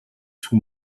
sous